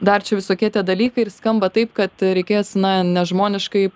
dar čia visokie tie dalykai ir skamba taip kad reikės na nežmoniškai